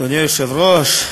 אדוני היושב-ראש,